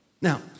Now